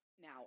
Now